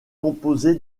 composé